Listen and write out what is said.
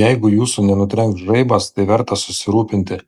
jeigu jūsų nenutrenks žaibas tai verta susirūpinti